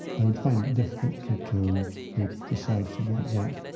i would find it difficult to to be precise about that.